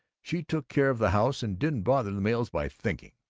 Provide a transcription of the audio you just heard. she took care of the house and didn't bother the males by thinking.